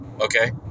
Okay